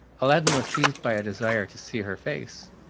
aladdin was seized by a desire to see her face,